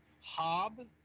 hob